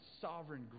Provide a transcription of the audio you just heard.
sovereign